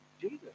Jesus